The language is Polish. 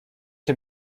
się